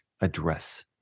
address